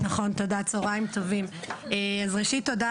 תודה רבה.